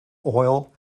oil